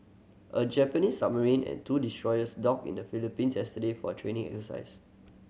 a Japanese submarine and two destroyers docked in the Philippines yesterday for a training exercise